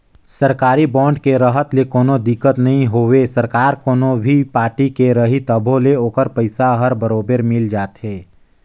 सरकारी बांड के रहत ले कोनो दिक्कत नई होवे सरकार हर कोनो भी पारटी के रही तभो ले ओखर पइसा हर बरोबर मिल जाथे